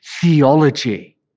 theology